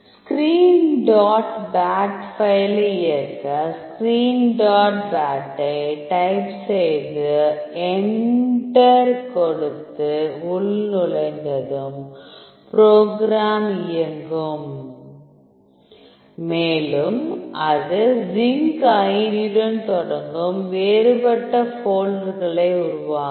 screen dot bat ஃபைலை இயக்க screen dot பேட்டை டைப் செய்து என்டர் கொடுத்து உள்நுழைந்ததும் ப்ரோக்ராம் இயங்கும் மேலும் அது சிங்க் ஐடியுடன் தொடங்கும் வேறுபட்ட போல்டர்களை உருவாக்கும்